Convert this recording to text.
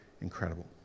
incredible